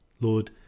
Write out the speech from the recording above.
Lord